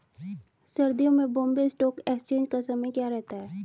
सर्दियों में Bombay stock exchange का समय क्या रहता है?